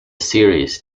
series